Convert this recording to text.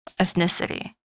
ethnicity